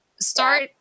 start